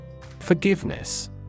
Forgiveness